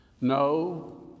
No